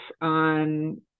on